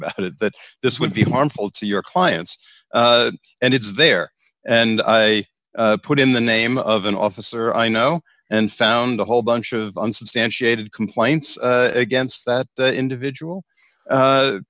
about it that this would be harmful to your clients and it's there and i put in the name of an officer i know and found a whole bunch of unsubstantiated complaints against that individual